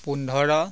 পোন্ধৰ